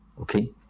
Okay